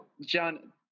John